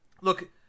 Look